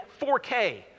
4K